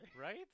Right